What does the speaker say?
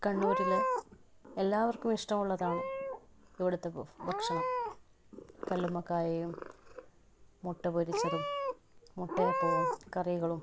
കണ്ണൂരിലെ എല്ലാവർക്കും ഇഷ്ടമുള്ളതാണ് ഇവിടുത്തെ ഭക്ഷണം കല്ലുമ്മക്കായയും മുട്ട പൊരിച്ചതും മുട്ടയപ്പവും കറികളും